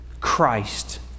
Christ